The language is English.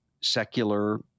secular